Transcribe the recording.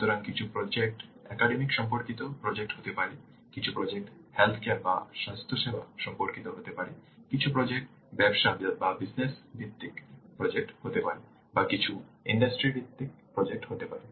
সুতরাং কিছু project academic সম্পর্কিত প্রজেক্ট হতে পারে কিছু প্রজেক্ট স্বাস্থ্যসেবা সম্পর্কিত প্রজেক্ট হতে পারে কিছু প্রজেক্ট ব্যবসা ভিত্তিক প্রজেক্ট হতে পারে বা কিছু প্রজেক্ট ইন্ডাস্ট্রি ভিত্তিক প্রজেক্ট হতে পারে